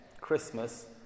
Christmas